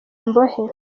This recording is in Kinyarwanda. imbohe